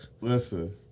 Listen